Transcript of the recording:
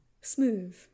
Smooth